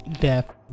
death